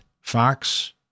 Fox